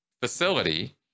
facility